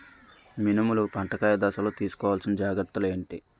మినుములు పంట కాయ దశలో తిస్కోవాలసిన జాగ్రత్తలు ఏంటి?